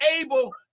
able